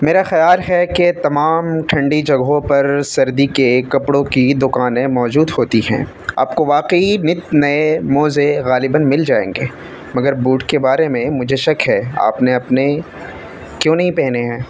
میرا خیال ہے کہ تمام ٹھنڈی جگہوں پر سردی کے ایک کپڑوں کی دکانیں موجود ہوتی ہیں آپ کو واقعی نت نئے موزے غالباً مل جائیں گے مگر بوٹ کے بارے میں مجھے شک ہے آپ نے اپنے کیوں نہیں پہنے ہیں